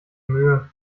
mühe